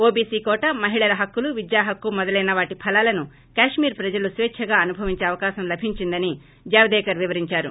ఓ B C quota మహిళల హక్కులు విద్యా హక్కు మొదలైన వాటి ఫలాలను కశ్మీర్ ప్రజలు స్వేచ్చగా అనుభవించే అవకాశం లభించిందని జావ్ దేకర్ వివరించారు